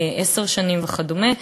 עשר שנים וכדומה,